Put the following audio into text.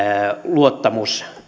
luottamus